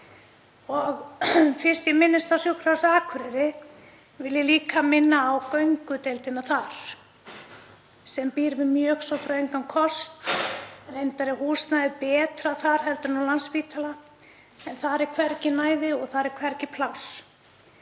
Fyrst ég minnist á Sjúkrahúsið á Akureyri vil ég líka minna á göngudeildina þar sem býr við mjög svo þröngan kost, reyndar er húsnæðið betra þar heldur en á Landspítala en þar er hvergi næði og þar er hvergi pláss.